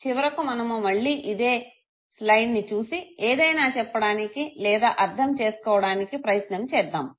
చివరకు మనము మళ్ళీ ఇదే స్లయిడ్ని చూసి ఏదైనా చెప్పడానికి లేదా అర్ధం చేసుకోవడానికి ప్రయత్నం చేద్దాము